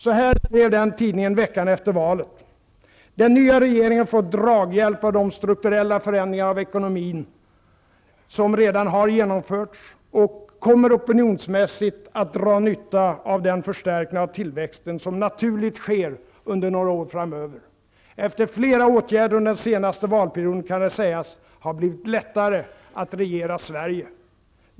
Så här skrev den tidningen veckan efter valet: ''Den nya regeringen får draghjälp av de strukturella förändringar av ekonomin som redan har genomförts och kommer opinionsmässigt att dra nytta av den förstärkning av tillväxten som naturligt sker under några framöver. -- Efter flera åtgärder under den senaste valperioden kan det sägas ha blivit lättare att regera Sverige.